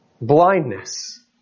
blindness